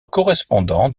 correspondant